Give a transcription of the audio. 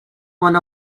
one